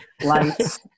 lights